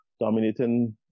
dominating